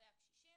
שמתרחשת